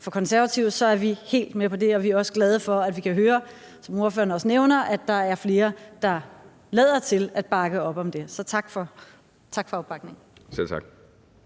her igennem, så er vi helt med på det, og vi er også glade for, at vi, som ordføreren også nævner, kan høre, at der er flere, der lader til at bakke op om det. Så tak for opbakningen. Kl.